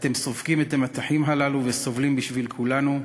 אתם סופגים את המטחים הללו וסובלים בשביל כולנו,